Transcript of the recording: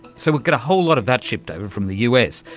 so we'll get a whole lot of that shipped over from the us.